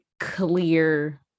clear